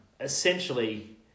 essentially